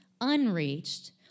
unreached